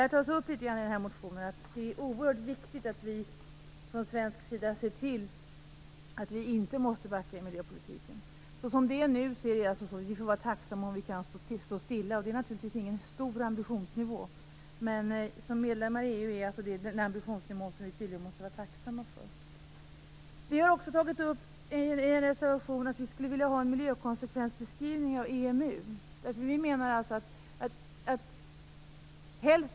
I denna reservation sägs det att det är oerhört viktigt att vi från svensk sida ser till att vi inte måste backa i miljöpolitiken. Som det nu är får vi vara tacksamma om vi kan stå stilla, och det är naturligtvis ingen hög ambitionsnivå. Men som medlem i EU är det tydligen en ambitionsnivå som vi måste vara tacksamma för. I reservation 8 har vi tagit upp att vi skulle vilja ha en miljökonsekvensbeskrivning inför ett eventuellt medlemskap i EMU.